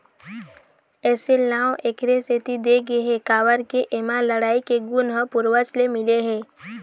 एसील नांव एखरे सेती दे गे हे काबर के एमा लड़ई के गुन ह पूरवज ले मिले हे